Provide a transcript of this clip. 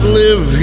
live